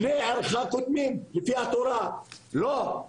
לפי התורה לא,